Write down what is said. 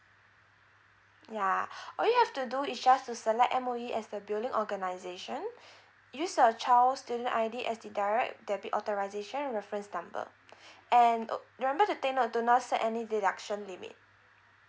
ya all you have to do is just to select M_O_E as the billing organisation use your child's student I_D as the direct debit authorisation reference number and uh remember to take note to not set any deduction limit